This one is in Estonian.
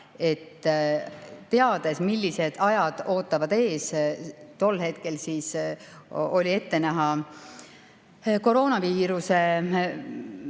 et [arvestades], millised ajad ootavad ees – tol hetkel oli ette näha koroonaviiruse